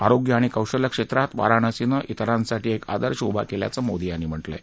आरोग्य आणि कौशल्य क्षेत्रात वाराणसीनं त्रिरांसाठी एक आदर्श उभा केल्याचंही मोदी यांनी म्हटलं आहे